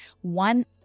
one